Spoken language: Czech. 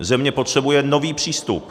Země potřebuje nový přístup.